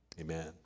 amen